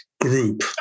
group